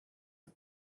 het